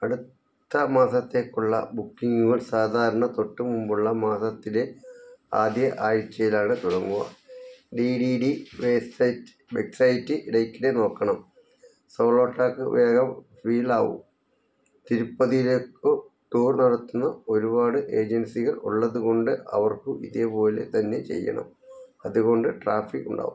അടുത്ത മാസത്തേക്കുള്ള ബുക്കിങുകൾ സാധാരണ തൊട്ട് മുമ്പുള്ള മാസത്തിലെ ആദ്യ ആഴ്ചയിലാണ് തുടങ്ങുക ഡി ഡി ഡി വെബ്സൈറ്റ് ഇടയ്ക്കിടെ നോക്കണം സ്ലോട്ട് ഒക്കെ വേഗം ഫിൽ ആകും തിരുപ്പതിയിലേക്ക് ടൂർ നടത്തുന്ന ഒരുപാട് ഏജെൻസികൾ ഉള്ളതുകൊണ്ട് അവർക്കും ഇതേപോലെത്തന്നെ ചെയ്യണം അതുകൊണ്ട് ട്രാഫിക് ഉണ്ടാകും